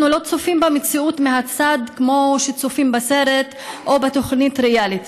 אנחנו לא צופים במציאות מהצד כמו שצופים בסרט או בתוכנית ריאליטי.